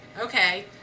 Okay